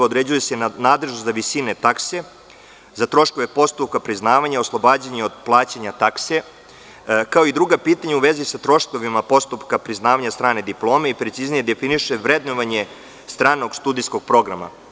Određuje se nadležnost za visine takse za troškove postupka priznavanja i oslobađanja od plaćanja takse, kao i druga pitanja u vezi sa troškovima postupka priznavanja strane diplome i preciznije definiše vrednovanje stranog studijskog programa.